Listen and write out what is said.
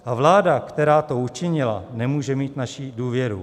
A vláda, která to učinila, nemůže mít naší důvěru.